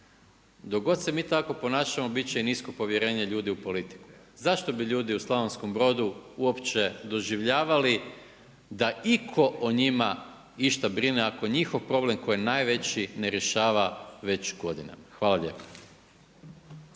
Dok god se mi tako ponašamo bit će i nisko povjerenje ljudi u politiku. Zašto bi ljudi u Slavonskom Brodu uopće doživljavali da iko o njima išta brine ako njihov problem koji je najveći ne rješava već godinama. Hvala lijepa.